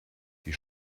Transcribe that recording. die